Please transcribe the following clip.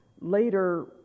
later